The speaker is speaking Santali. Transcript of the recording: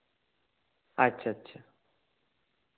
ᱟᱪᱪᱷᱟ ᱟᱪᱪᱷᱟ